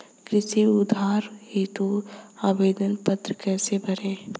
कृषि उधार हेतु आवेदन पत्र कैसे भरें?